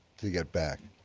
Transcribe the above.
to get back.